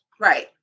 Right